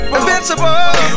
Invincible